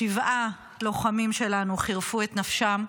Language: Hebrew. שבעה לוחמים שלנו חירפו את נפשם.